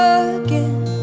again